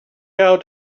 out